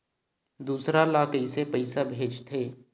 दूसरा ला कइसे पईसा भेजथे?